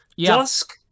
Dusk